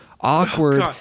awkward